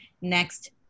next